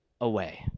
away